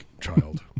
child